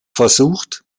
versucht